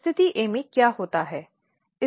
स्थिति A में क्या होता है